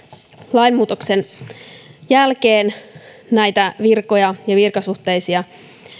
lainmuutoksen jälkeen näitä virkoja ja virkasuhteita ja